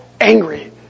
angry